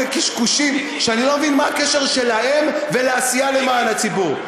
קשקושים שאני לא מבין מה הקשר שלהם לעשייה למען הציבור.